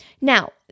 Now